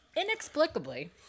inexplicably